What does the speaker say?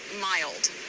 mild